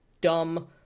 dumb